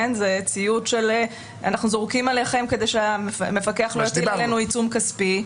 זה ציות שאנחנו זורקים עליכם כדי שהמפקח לא יטיל עלינו עיצום כספי,